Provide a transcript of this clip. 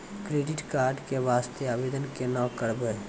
Credit card के वास्ते आवेदन केना करबै?